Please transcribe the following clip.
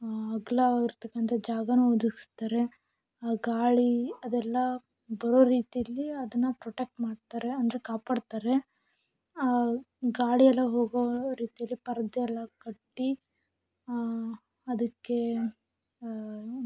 ಅಗಲವಾಗಿರ್ತಕ್ಕಂಥ ಜಾಗನೂ ಒದಗಿಸ್ತಾರೆ ಗಾಳಿ ಅದೆಲ್ಲ ಬರೋ ರೀತೀಲಿ ಅದನ್ನ ಪ್ರೊಟೆಕ್ಟ್ ಮಾಡ್ತಾರೆ ಅಂದರೆ ಕಾಪಾಡ್ತಾರೆ ಗಾಳಿಯೆಲ್ಲ ಹೋಗೋ ರೀತೀಲಿ ಪರದೆ ಎಲ್ಲ ಕಟ್ಟಿ ಅದಕ್ಕೆ